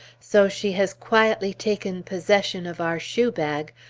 so she has quietly taken possession of our shoe-bag,